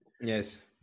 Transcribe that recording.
yes